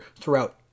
throughout